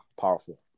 powerful